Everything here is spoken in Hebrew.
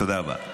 תודה רבה.